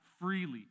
freely